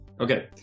okay